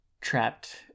trapped